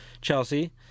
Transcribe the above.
Chelsea